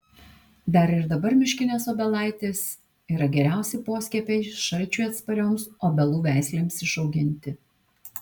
dar ir dabar miškinės obelaitės yra geriausi poskiepiai šalčiui atsparioms obelų veislėms išauginti